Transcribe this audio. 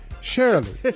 Shirley